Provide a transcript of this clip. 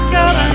Girl